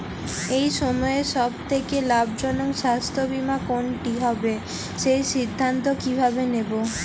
এই সময়ের সব থেকে লাভজনক স্বাস্থ্য বীমা কোনটি হবে সেই সিদ্ধান্ত কীভাবে নেব?